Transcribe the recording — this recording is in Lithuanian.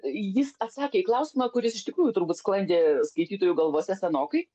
jis atsakė į klausimą kuris iš tikrųjų turbūt sklandė skaitytojų galvose senokai